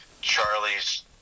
Charlie's